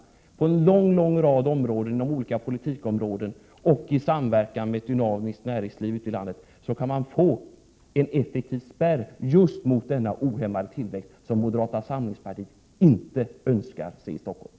Genom avregleringar på en lång rad punkter inom olika politikområden och genom samverkan med ett dynamiskt näringsliv ute i landet kan man få en effektiv spärr mot just den ohämmade tillväxt som vi moderater inte vill se i Stockholm.